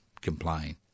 complain